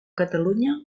catalunya